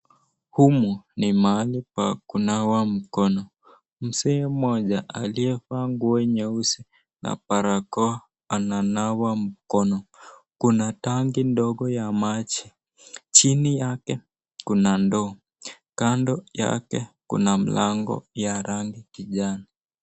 Humu ni pahali pa kunawa mkono. Mzee mmoja aliyevaa nguo nyeusi na barakoa ananawa mkono kuna tanki ndogo ya maji chini yake kuna ndoo kando yake kuna mlango ya rangi kijani.